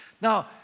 Now